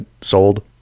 sold